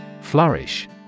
Flourish